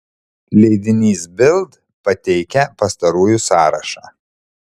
leidinys bild pateikia pastarųjų sąrašą